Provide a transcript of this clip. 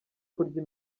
kurya